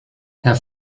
herr